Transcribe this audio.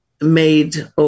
made